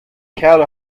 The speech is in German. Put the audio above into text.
kerl